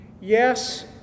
Yes